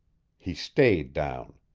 he stayed down.